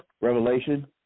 Revelation